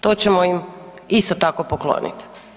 To ćemo im isto tako poklonit.